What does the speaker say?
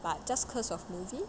but just cause of movie